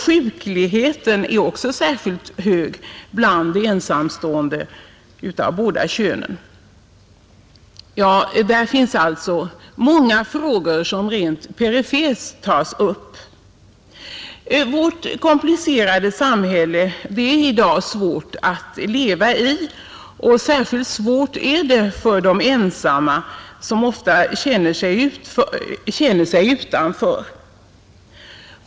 Sjukligheten är också särskilt hög bland ensamstående av båda könen, Där finns alltså många frågor som rent perifert tagits upp. Vårt komplicerade samhälle är i dag svårt att leva i, och särskilt svårt är det för de ensamma, som ofta känner sig utanför.